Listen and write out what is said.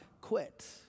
quit